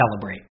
celebrate